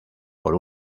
por